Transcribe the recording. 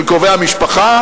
של קרובי המשפחה,